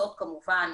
הכנסות כמובן